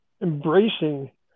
embracing